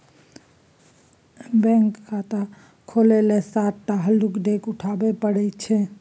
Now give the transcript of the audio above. bank खाता खोलय लेल सात टा हल्लुक डेग उठाबे परय छै